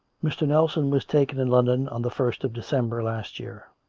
mr. nelson was taken in london on the first of december last year.